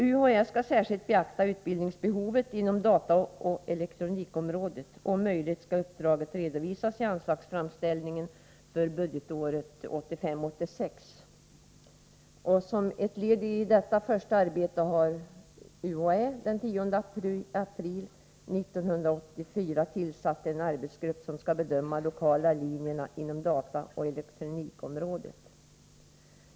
UHÄ skall särskilt beakta utbildningsbehovet inom dataoch elektronikområdet, och om möjligt skall uppdraget redovisas i anslagsframställningen för budgetåret 1985/86. Som ett led i detta första arbete har UHÄ den 10 april 1984 tillsatt en arbetsgrupp, som skall bedöma de lokala linjerna inom dataoch elektronikområdet.